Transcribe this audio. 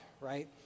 right